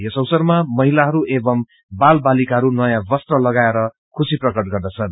यस अवसरमा महिलाहरू एवम् बाल बालिाकाहरू नयाँ वस्त्र लगाएर खुशी प्रकट गर्दछन्